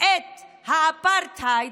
את האפרטהייד.